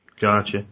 Gotcha